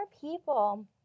people